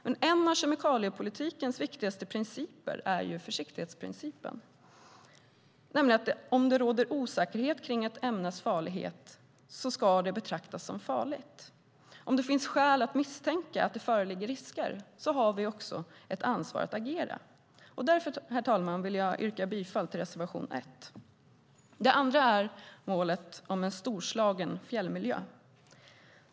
Men en av kemikaliepolitikens viktigaste principer är försiktighetsprincipen, nämligen att om det råder osäkerhet om ett ämnes farlighet ska det betraktas som farligt och om det finns skäl att misstänka att det föreligger risker har vi ett ansvar att agera. Därför, herr talman, vill jag yrka bifall till reservation 1. Det andra är målet om en storslagen fjällmiljö.